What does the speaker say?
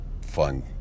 fun